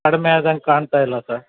ಕಡಿಮೆ ಆದಂಗೆ ಕಾಣ್ತಾಯಿಲ್ಲ ಸರ್